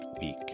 week